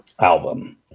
album